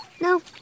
No